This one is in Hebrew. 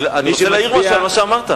אבל אני רוצה להעיר משהו על מה שאמרת.